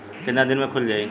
कितना दिन में खुल जाई?